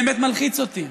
זה באמת מלחיץ אותי.